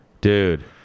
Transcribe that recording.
Dude